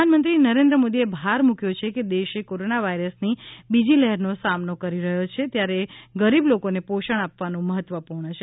પ્રધાનમંત્રી નરેન્દ્ર મોદીએ ભાર મૂક્યો છે કે દેશ કોરોના વાયરસની બીજી લહેરનો સામનો કરી રહ્યો છે ત્યારે ગરીબ લોકોને પોષણ આપવું મહત્વપૂર્ણ છે